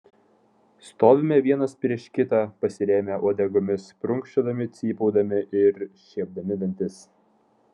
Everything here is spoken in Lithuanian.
stovime vienas prieš kitą pasirėmę uodegomis prunkščiodami cypaudami ir šiepdami dantis